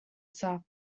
south